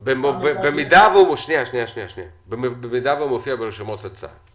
במידה והוא מופיע ברשימות של צה"ל.